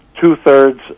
two-thirds